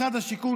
משרד השיכון,